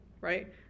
right